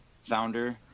founder